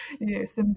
yes